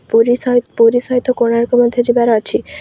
ପୁରୀ ସହିତ ପୁରୀ ସହିତ କୋଣାର୍କ ମନ୍ଦିର ଯିବାର ଅଛି